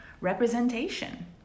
representation